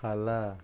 खाला